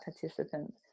participants